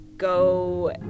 go